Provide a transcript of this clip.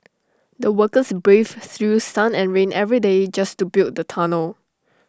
the workers braved through sun and rain every day just to build the tunnel